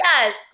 Yes